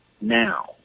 now